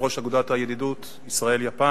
יושב-ראש אגודת הידידות ישראל יפן,